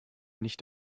nicht